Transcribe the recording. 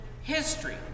history